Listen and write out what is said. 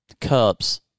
cups